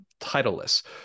titleless